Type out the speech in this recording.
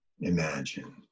Imagine